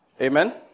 Amen